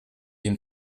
ihm